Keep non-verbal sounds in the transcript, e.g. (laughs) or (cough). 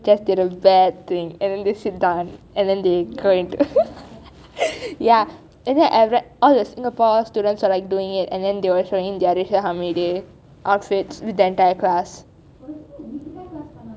just did a bad thing and then they sit down and then they (laughs) ya and then I read all the singapore students are like doing it and then they were showing their racial harmony day outfits with the entire class